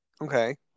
Okay